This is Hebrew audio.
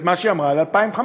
את מה שהיא אמרה על 2015: